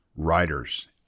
Writers